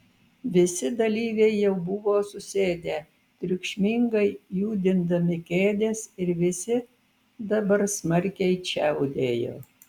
visi dalyviai jau buvo susėdę triukšmingai judindami kėdes ir visi dabar smarkiai čiaudėjo